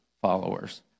followers